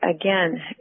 again